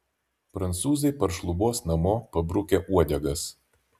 prancūzai paršlubuos namo pabrukę uodegas